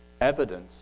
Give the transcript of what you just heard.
Evidence